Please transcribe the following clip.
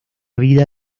vida